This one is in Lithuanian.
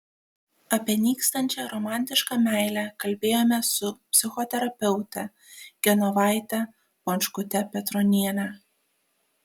apie nykstančią romantišką meilę kalbėjomės su psichoterapeute genovaite bončkute petroniene